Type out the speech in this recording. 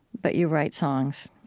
but you write songs.